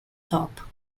top